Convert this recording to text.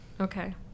Okay